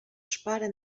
szparę